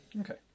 Okay